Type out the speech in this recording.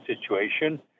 situation